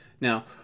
Now